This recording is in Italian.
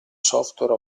software